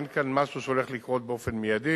אין כאן משהו שהולך לקרות באופן מיידי.